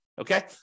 Okay